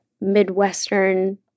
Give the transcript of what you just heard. midwestern